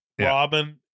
Robin